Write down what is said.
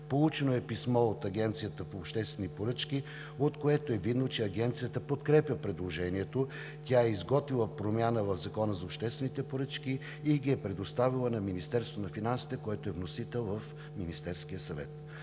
Получено е писмо от Агенцията по обществени поръчки, от което е видно, че Агенцията подкрепя предложението. Тя е изготвила промяна в Закона за обществените поръчки и ги е предоставила на Министерството на финансите, което е вносител в Министерския съвет.